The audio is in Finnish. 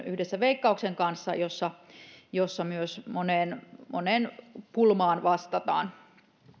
yhdessä veikkauksen kanssa mittavan vastuullisuusohjelmatyön jossa myös moneen moneen pulmaan vastataan